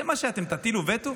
זה מה שתטילו עליו וטו?